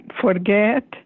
forget